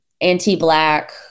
anti-Black